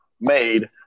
made